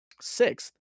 Sixth